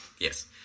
yes